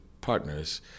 partners